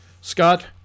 Scott